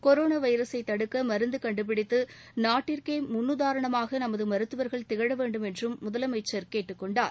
corona வைரஸை தடுக்க மருந்து கண்டுபித்து நாட்டிற்கே முன்னுதாரமாக நமது மருத்தவர்கள் திகழ வேண்டும் வேண்டும் என்று முதலமைச்சர் கேட்டுக்கொண்டார்